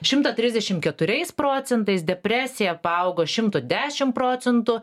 šimtą trisdešim keturiais procentais depresija paaugo šimtu dešim procentų